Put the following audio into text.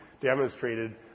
demonstrated